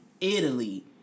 Italy